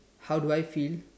how do I feel